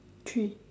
three